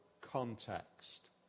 context